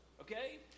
Okay